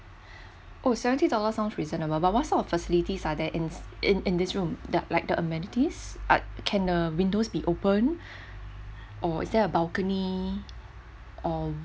oh seventy dollars sounds reasonable but what sort of facilities are there in in in this room that like the amenities like can um windows be open or is there a balcony or